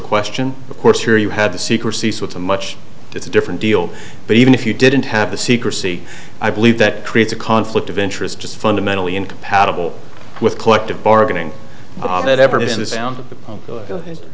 question of course here you had the secrecy so it's a much it's a different deal but even if you didn't have the secrecy i believe that creates a conflict of interest just fundamentally incompatible with collective bargaining and it